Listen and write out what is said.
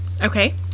Okay